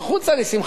לשמחתנו.